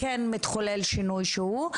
שמתחולל שינוי כל שהוא,